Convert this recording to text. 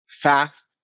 fast